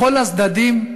לכל הצדדים,